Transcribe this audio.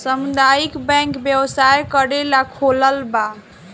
सामुदायक बैंक व्यवसाय करेला खोलाल बा